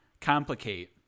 complicate